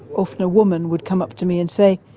often a woman, would come up to me and say,